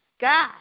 God